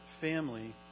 family